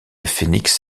phoenix